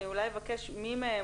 אני אבקש מי מהם,